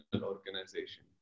organization